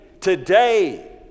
today